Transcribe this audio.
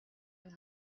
and